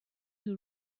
who